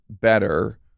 better